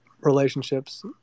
relationships